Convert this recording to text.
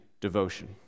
devotion